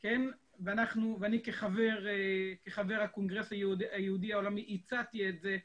ואני כחבר הקונגרס היהודי העולמי הצעתי את זה ללורנס,